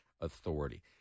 Authority